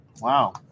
Wow